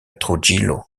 trujillo